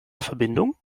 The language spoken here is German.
verbindung